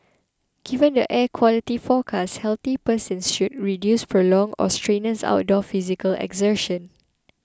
given the air quality forecast healthy persons should reduce prolonged or strenuous outdoor physical exertion